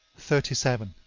thirty seven.